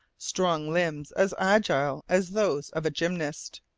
strong limbs as agile as those of a gymnast,